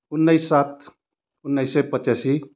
उन्नाइस सात उन्नाइस सय पचासी